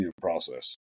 process